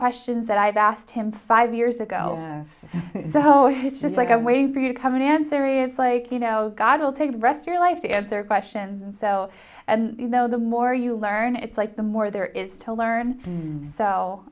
questions that i've asked him five years ago oh he's just like i'm waiting for you to come in and serious like you know god will take the rest your life to answer questions and so and you know the more you learn it's like the more there is to learn